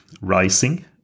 rising